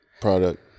product